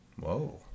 Whoa